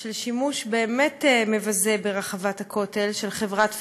של שימוש באמת מבזה ברחבת הכותל של חברת פרארי,